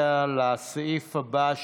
זה לא פייר, זה לא פייר, פנינה.